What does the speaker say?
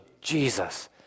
Jesus